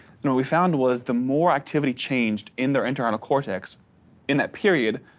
you know we found was the more activity changed in their internal cortex in that period,